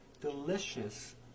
delicious